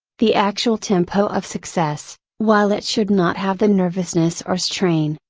the actual tempo of success, while it should not have the nervousness or strain,